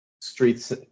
streets